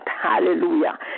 hallelujah